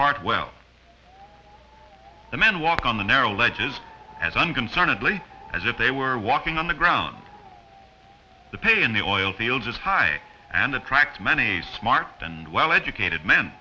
part well the men walk on the narrow ledges as unconcernedly as if they were walking on the ground the pay in the oil fields is high and attract many smart and well educated men